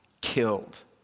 killed